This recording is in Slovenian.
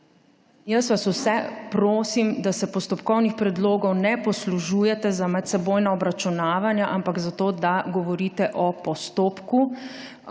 Jaz vas vse prosim, da se postopkovnih predlogov ne poslužujete za medsebojna obračunavanja, ampak za to, da govorite o postopku.